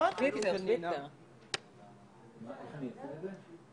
נמנעים אין